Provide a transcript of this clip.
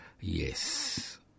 Yes